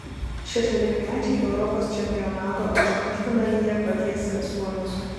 šešiolikmečiai europos čempionato aštuntfinalyje patiesė suomius